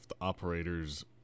operators